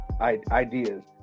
ideas